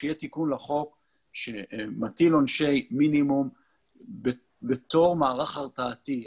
שיהיה תיקון לחוק שמטיל עונשי מינימום כמערך הרתעתי.